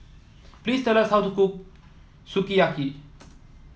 please tell how to cook Sukiyaki